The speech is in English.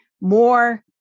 more